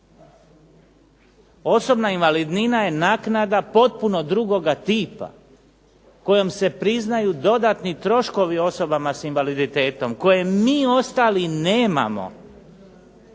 Osobna invalidnina je naknada potpuno drugoga tipa, kojom se priznaju dodatni troškovi osobama s invaliditetom, koje mi ostali nemamo.